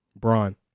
Braun